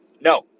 no